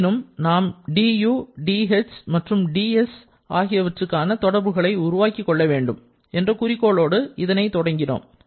ஆயினும் நாம் du dh மற்றும் ds ஆகியவற்றுக்கான தொடர்புகளை உருவாக்கிக் கொள்ள வேண்டும் என்ற குறிக்கோளோடு இதனை தொடங்கினோம்